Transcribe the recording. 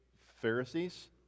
Pharisees